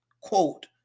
quote